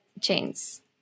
chains